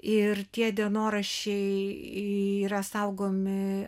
ir tie dienoraščiai yra saugomi